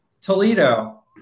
Toledo